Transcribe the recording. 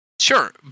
sure